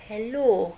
hello